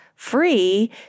Free